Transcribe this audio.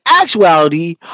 actuality